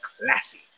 classy